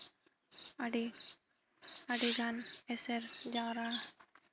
ᱟᱹᱰᱤ ᱜᱟᱱ ᱮᱥᱮᱨ ᱡᱟᱣᱨᱟᱣᱟ